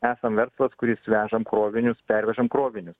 esam verslas kuris vežam krovinius pervežam krovinius